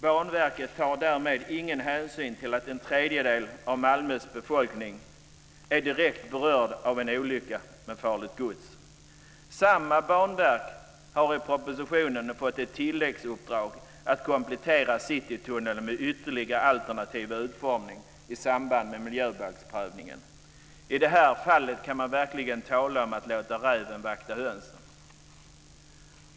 Banverket tar därmed ingen hänsyn till att en tredjedel av Malmös befolkning blir direkt berörd av en olycka med farligt gods. Samma banverk har i propositionen fått ett tilläggsuppdrag att komplettera Citytunneln med en ytterligare alternativ utformning i samband med miljöbalksprövningen. I det här fallet kan man verkligen tala om att låta räven vakta hönsen.